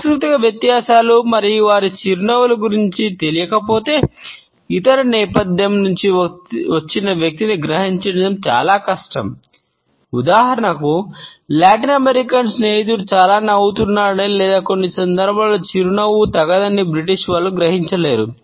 సాంస్కృతిక వ్యత్యాసాలు మరియు వారి చిరునవ్వుల గురించి తెలియకపోతే ఇతర నేపథ్యం వారు గ్రహించలేరు